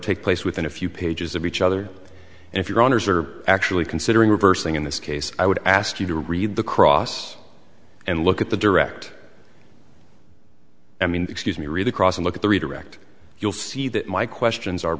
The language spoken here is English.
take place within a few pages of each other and if your honour's are actually considering reversing in this case i would ask you to read the cross and look at the direct i mean excuse me read the cross and look at the redirect you'll see that my questions are